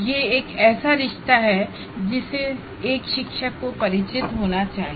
यह एक ऐसा रिश्ता है जिससे एक शिक्षक को परिचित होना चाहिए